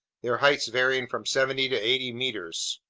their heights varying from seventy to eighty meters.